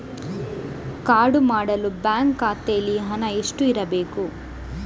Card ಮಾಡಲು bank ಖಾತೆಯಲ್ಲಿ ಹಣ ಎಷ್ಟು ಇರಬೇಕು?